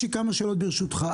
יש לי כמה שאלות, ברשותך.